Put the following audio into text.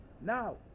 Now